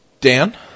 Dan